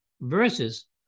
versus